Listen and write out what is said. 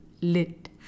Lit